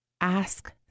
ask